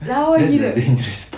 lawa gila